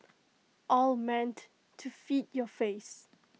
all meant to feed your face